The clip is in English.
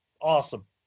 Awesome